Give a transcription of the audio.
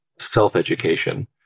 self-education